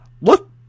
look